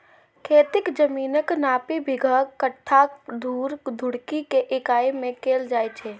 खेतीक जमीनक नापी बिगहा, कट्ठा, धूर, धुड़की के इकाइ मे कैल जाए छै